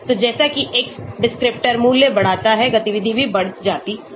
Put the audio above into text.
तो जैसा कि x डिस्क्रिप्टर मूल्य बढ़ता है गतिविधि भी बढ़ जाती है